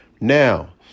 now